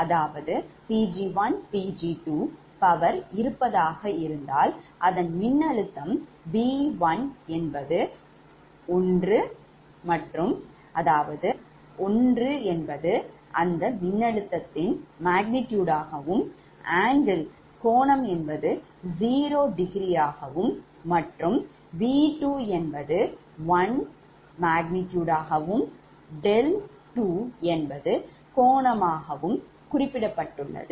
அதாவது Pg1Pg2power இருப்பதாக இருந்தால் அதன் மின்னழுத்தம்𝑉11∠0∘ மற்றும் 𝑉21∠𝛿2 என்று குறிப்பிடப்பட்டுள்ளது